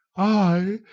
ay,